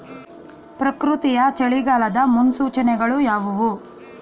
ಪ್ರಕೃತಿಯ ಚಳಿಗಾಲದ ಮುನ್ಸೂಚನೆಗಳು ಯಾವುವು?